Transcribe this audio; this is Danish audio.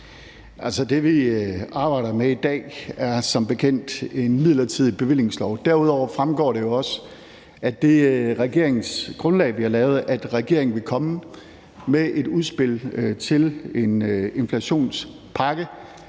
det, vi arbejder med i dag, er som bekendt en midlertidig bevillingslov. Derudover fremgår det jo også af det regeringsgrundlag, vi har lavet, at regeringen vil komme med et udspil til en inflationspakke,